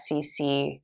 SEC